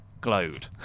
glowed